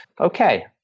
okay